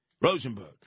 Rosenberg